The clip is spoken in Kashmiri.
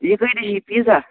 یہِ کۭتِس چھِ یہِ پیٖزا